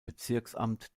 bezirksamt